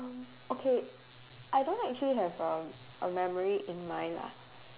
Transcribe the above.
um okay I don't actually have um a memory in mind lah